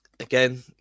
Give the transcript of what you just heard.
again